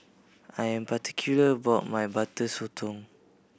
I am particular about my Butter Sotong